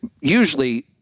Usually